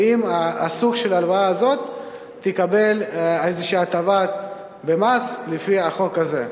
והאם הסוג של ההלוואה הזאת יקבל איזו הטבה במס לפי החוק הזה?